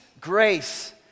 Grace